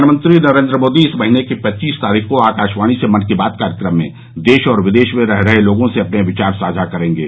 प्रधानमंत्री नरेन्द्र मोदी इस महीने की पच्चीस तारीख को आकाशवाणी से मन की बात कार्यक्रम में देश और विदेश में रह रहे लोगों से अपने विचार साझा करेंगे